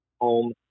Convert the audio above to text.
home